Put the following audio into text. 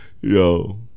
Yo